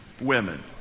Women